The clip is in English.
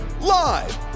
live